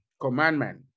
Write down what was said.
Commandment